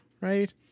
right